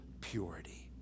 purity